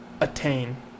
attain